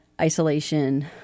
isolation